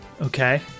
Okay